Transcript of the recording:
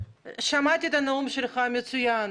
שמעתי את הנאום שלך המצוין,